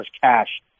cash